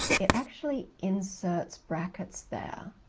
it actually inserts brackets there,